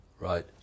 Right